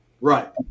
Right